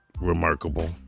remarkable